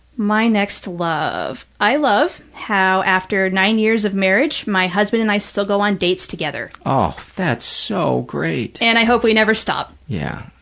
my next love, i love how after nine years of marriage my husband and i still go on dates together. oh, that's so great. and i hope we never stop. yeah.